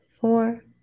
four